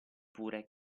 pure